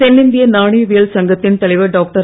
தென்னிந்திய நாணயவியல் சங்கத்தின் தலைவர் டாக்டர்